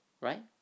Right